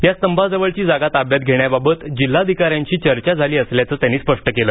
या स्तंभाजवळची जागा ताब्यात घेण्याबाबत जिल्हाधिकाऱ्यांशी चर्चा झाली असल्याचं त्यांनी स्पष्ट केलं